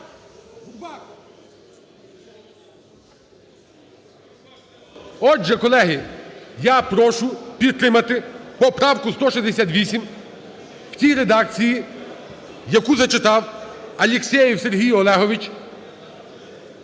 Отже, колеги, я прошу підтримати поправку 168 в тій редакції, яку зачитав Алєксєєв Сергій Олегович